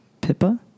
Pippa